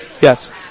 Yes